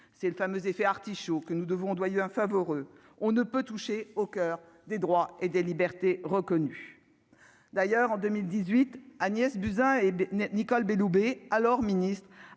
c'est le fameux effet artichauts que nous devons doyen Favoreux on ne peut toucher au coeur des droits et des libertés reconnues d'ailleurs en 2018 Agnès Buzyn et Nicole Belloubet alors ministre,